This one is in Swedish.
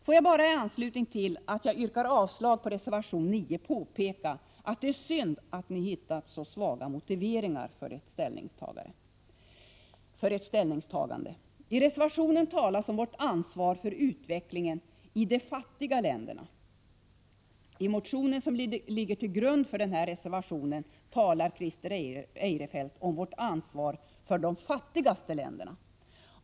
Får jag bara i anslutning till att jag yrkar avslag på reservation 9 påpeka att det är synd att ni hittat så svaga motiveringar för ert ställningstagande. I reservationen talas om vårt ansvar för utvecklingen i de fattiga länderna. I motionen som ligger till grund för den här reservationen talar Christer Eirefelt om vårt ansvar för de fattigaste länderna.